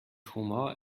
humor